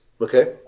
okay